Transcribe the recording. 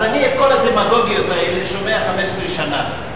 אז אני, את כל הדמגוגיות האלה שומע כבר 15 שנה.